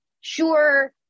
sure